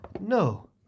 No